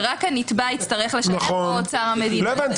שרק הנתבע יצטרך לשלם מאוצר המדינה.